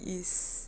is